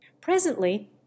Presently